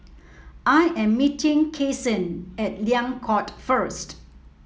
I am meeting Kyson at Liang Court first